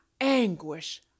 anguish